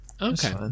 Okay